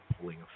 pulling